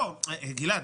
גלעד,